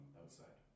outside